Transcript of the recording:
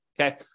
Okay